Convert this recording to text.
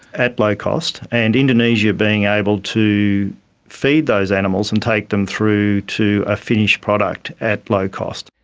at low cost. and indonesia being able to feed those animals and take them through to a finished product at low cost.